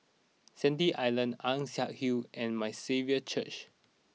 Sandy Island Ann Siang Hill and My Saviour's Church